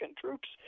troops